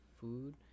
food